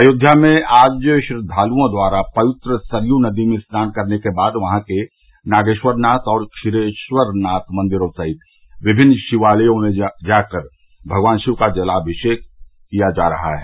अयोध्या में आज श्रद्वालुओं द्वारा पवित्र सरयू नदी में स्नान करने के बाद वहां के नागेखरनाथ और क्षीरेखरनाथ मंदिरों सहित विभिन्न शिवालयों में जाकर भगवान शिव का जलाभिषेक किया जा रहा है